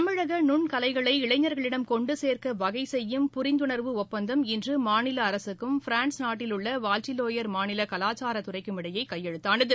தமிழக நுண்கலைகளை இளைஞ்களிடம் கொண்டு சேர்க்க வகை செய்யும் புரிந்துணர்வு ஒப்பந்தம் இன்று மாநில அரசுக்கும் பிரான்ஸ் நாட்டில் உள்ள வால்டிலோயர் மாநில கலாச்சாரத் துறைக்கும் இடையே கையெழுத்தானது